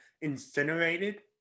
Incinerated